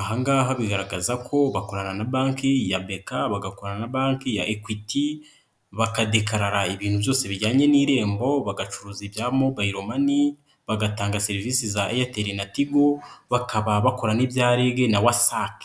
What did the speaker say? aha ngaha bigaragaza ko bakorana na banki ya BK, bagakorana na banki ya Equity bakadekarara ibintu byose bijyanye n'irembo, bagacuruza ibya Mobayilomani, bagatanga serivisi za Eyateli na Tigo, bakaba bakora n'ibya REGna WASAC.